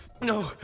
No